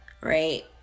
right